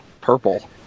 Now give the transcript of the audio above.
purple